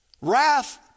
Wrath